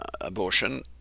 abortion